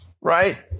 right